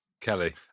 kelly